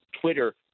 Twitter